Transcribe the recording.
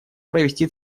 привести